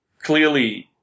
clearly